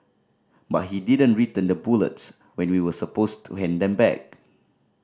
but he didn't return the bullets when we were supposed to hand them back